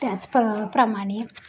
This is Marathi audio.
त्याचप्र प्रमाणे